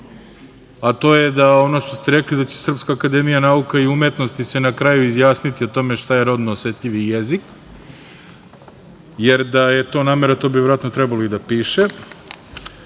a to je da ono što ste rekli da će Srpska akademija nauka i umetnosti se na kraju izjasniti o tome šta je rodno osetljivi jezik, jer da je to namera to bi verovatno trebalo i da piše. Imam